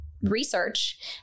research